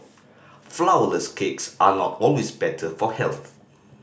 flourless cakes are not always better for health